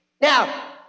Now